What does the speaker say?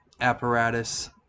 apparatus